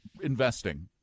investing